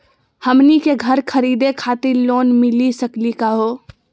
हमनी के घर खरीदै खातिर लोन मिली सकली का हो?